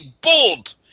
bold